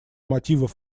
мотивов